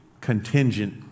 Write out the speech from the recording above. contingent